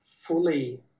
fully